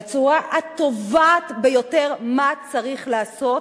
בצורה התובעת ביותר, מה צריך לעשות,